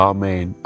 Amen